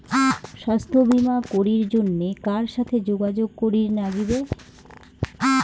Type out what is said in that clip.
স্বাস্থ্য বিমা করির জন্যে কার সাথে যোগাযোগ করির নাগিবে?